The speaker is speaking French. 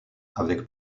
avec